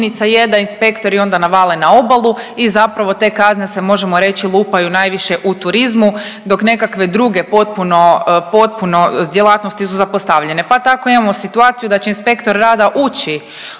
je da inspektori onda navale na obalu i zapravo te kazne se možemo reći lupaju najviše u turizmu dok nekakve druge potpuno, potpuno djelatnosti su zapostavljene, pa tako imamo situaciju da će inspektor rada ući